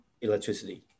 electricity